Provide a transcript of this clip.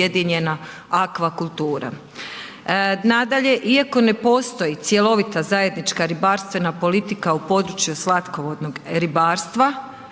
objedinjena akvakultura. Nadalje, iako ne postoji cjelovita zajednička ribarstvena politika u području slatkovodnog ribarstva,